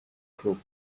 crook